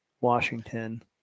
washington